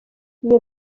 iyo